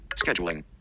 scheduling